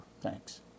Thanks